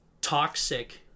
toxic